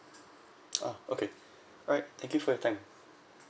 ah okay alright thank you for your time